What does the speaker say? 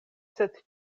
sed